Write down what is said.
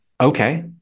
okay